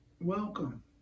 Welcome